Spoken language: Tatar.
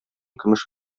көмеш